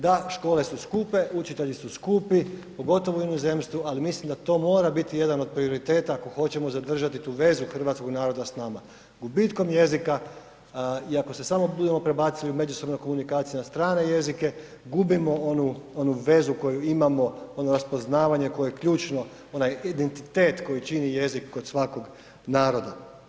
Da, škole su skupe, učitelji su skupi, pogotovo u inozemstvu, ali mislim da to mora biti jedan od prioriteta ako hoćemo zadržati tu vezu hrvatskog naroda s nama, gubitkom jezika i ako se samo budemo prebacili u međusobne komunikacije na strane jezike, gubimo onu, onu vezu koju imamo, ono raspoznavanje koje je ključno, onaj identitet koji čini jezik kod svakog naroda.